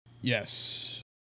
Yes